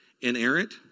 inerrant